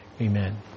Amen